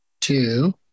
Two